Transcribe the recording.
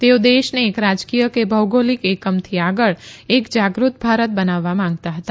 તેઓ દેશને એક રાજકીય કે ભૌગોલીક એકમથી આગળ એક જાગૃત ભારત બનાવવા માંગતા હતા